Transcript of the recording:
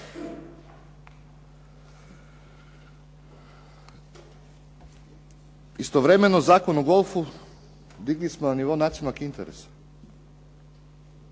Istovremeno, Zakon o golfu digli smo na nivo nacionalnog interesa.